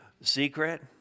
secret